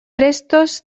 restos